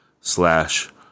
slash